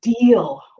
deal